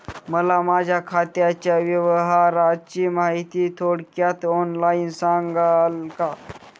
मला माझ्या खात्याच्या व्यवहाराची माहिती थोडक्यात ऑनलाईन सांगाल का?